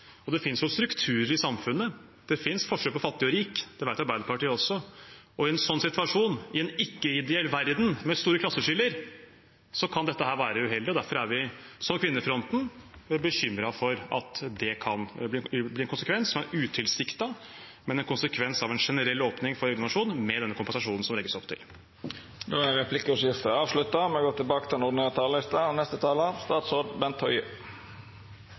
Det finnes jo strukturer i samfunnet. Det finnes forskjeller på fattig og rik, det vet Arbeiderpartiet også, og i en sånn situasjon, i en ikke-ideell verden med store klasseskiller, kan dette være uheldig. Derfor er vi, som Kvinnefronten, bekymret for at det kan bli en konsekvens – som er utilsiktet, men en konsekvens av en generell åpning for eggdonasjon med denne kompensasjonen som det legges opp til. Replikkordskiftet er avslutta. Den medisinske utviklingen gir oss fantastiske muligheter og